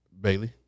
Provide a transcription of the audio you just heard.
Bailey